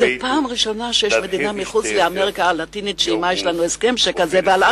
זו הפעם הראשונה שיש לנו הסכם שכזה עם מדינה מחוץ לאמריקה הלטינית,